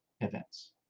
events